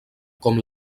com